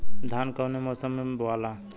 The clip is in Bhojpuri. धान कौने मौसम मे बोआला?